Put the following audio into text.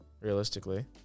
Realistically